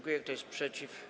Kto jest przeciw?